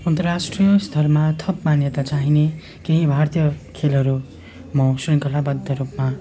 अन्तराष्ट्रिय स्तरमा थप मान्यता चाहिने केही भारतीय खेलहरू म शृङ्खलाबद्ध रूपमा